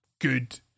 good